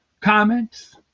comments